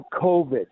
COVID